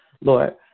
Lord